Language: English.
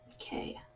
Okay